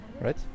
right